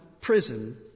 prison